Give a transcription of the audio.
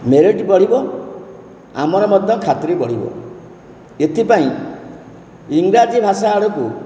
merit ବଢ଼ିବ ଆମର ମଧ୍ୟ ଖାତିରି ବଢ଼ିବ ଏଥିପାଇଁ ଇଂରାଜୀ ଭାଷା ଆଡ଼କୁ